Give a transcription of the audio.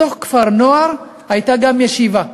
בתוך כפר-הנוער הייתה גם ישיבה,